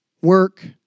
work